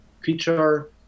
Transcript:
feature